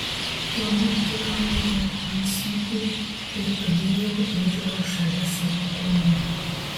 tuomet tik nuėmiau antsnukį ir padėjau ėdalą šalia savo kojų